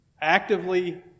actively